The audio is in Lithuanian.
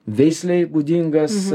veislei būdingas